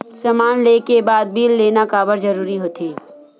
समान ले के बाद बिल लेना काबर जरूरी होथे?